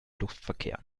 luftverkehr